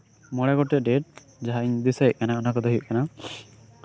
ᱢᱚᱬᱮ ᱜᱚᱴᱮᱱ ᱰᱮᱴ ᱡᱟᱦᱟᱸ ᱠᱚᱫᱚᱧ ᱫᱤᱥᱟᱹᱭᱮᱫ ᱠᱟᱱᱟ ᱚᱱᱟ ᱠᱚᱫᱚ ᱦᱳᱭᱳᱜ ᱠᱟᱱᱟ